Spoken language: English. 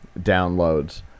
downloads